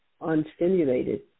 unstimulated